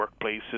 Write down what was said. workplaces